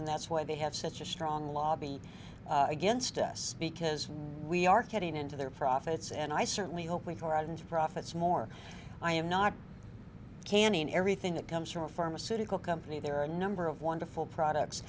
and that's why they have such a strong lobby against us because we are cutting into their profits and i certainly hope we go right into profits more i am not canning everything that comes from a pharmaceutical company there are a number of wonderful products